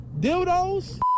dildos